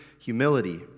humility